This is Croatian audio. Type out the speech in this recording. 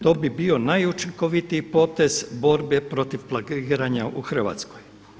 To bi bio najučinkovitiji potez borbe protiv plagiranja u Hrvatskoj.